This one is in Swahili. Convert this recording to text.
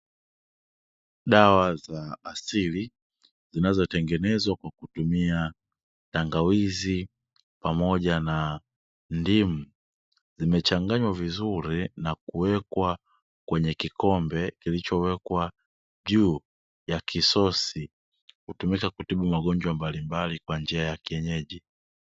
Dawa za asili zinazotengenezwa kwa kutumia tangawizi pamoja na ndimu zimechanganywa vizuri na kuwekwa kwenye kikombe kilicho wekwa juu ya kisosi, hutumika kutibu magonjwa mbalimbali kwa njia ya kienyeji.